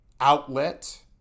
outlet